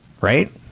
right